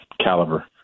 caliber